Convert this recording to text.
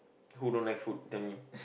who don't like food tell me